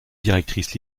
directrice